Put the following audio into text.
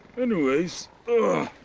anyways. ah